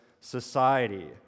society